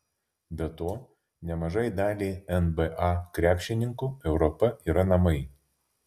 be to nemažai daliai nba krepšininkų europa yra namai